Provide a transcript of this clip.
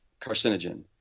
carcinogen